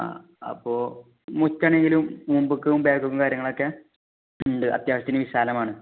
ആ അപ്പോൾ മുക്കാണെങ്കിലും മുമ്പക്കും ബാഗും കാര്യങ്ങളൊക്കെ ഉണ്ട് അത്യാവശ്യത്തിന് വിശാലമാണ്